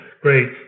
Great